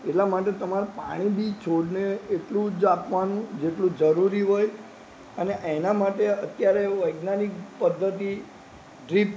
એટલા માટે તમારે પાણી બી છોડને એટલું જ આપવાનું જેટલું જરૂરી હોય અને એના માટે અત્યારે એવું વૈજ્ઞાનિક પદ્ધતિ ડ્રીપ